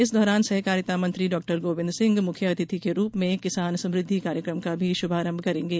इस दौरान सहकारिता मंत्री डॉ गोविन्द सिंह मुख्य अतिथि के रूप में किसान समृदधि कार्यक्रम का भी शुभारंभ करेंगे